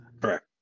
correct